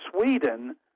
Sweden